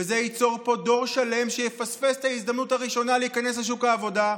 וזה ייצור פה דור שלם שיפספס את ההזדמנות הראשונה להיכנס לשוק העבודה,